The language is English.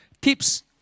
Tips